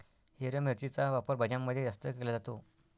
हिरव्या मिरचीचा वापर भाज्यांमध्ये जास्त केला जातो